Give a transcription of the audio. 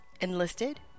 Enlisted